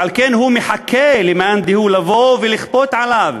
ועל כן הוא מחכה למאן דהוא שיבוא לכפות עליו,